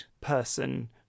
person